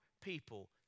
people